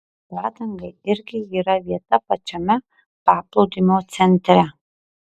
padangai irgi vieta pačiame paplūdimio centre